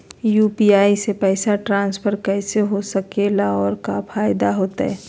UPI से पैसा transfer कैसे हो सके ला और का फायदा होएत?